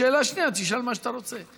בשאלה השנייה תשאל מה שאתה רוצה.